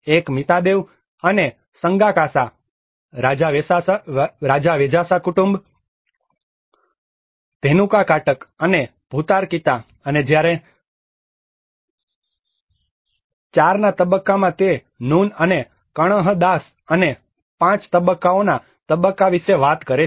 એક મીતાદેવ અને સંગાકાસા રાજાવેજાસા કુટુંબ ધેનુકાકાટક અને ભુતારકીતા અને જ્યારે IV ના તબક્કામાં તે નૂન અને કણહદાસ અને V તબક્કઓના તબક્કા વિશે વાત કરે છે